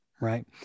right